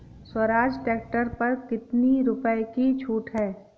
Swaraj tractor पर कितनी रुपये की छूट है?